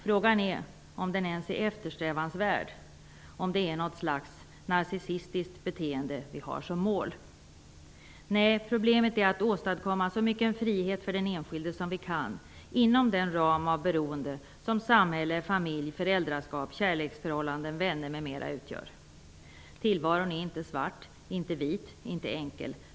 Frågan är om den ens är eftersträvansvärd, om det är något slags narcissistiskt beteende vi har som mål. Nej, problemet är att åstadkomma så mycken frihet för den enskilde som vi kan inom den ram av beroende som samhälle, familj, föräldraskap, kärleksförhållanden, vänner m.m. utgör. Tillvaron är inte svart, inte vit, inte enkel.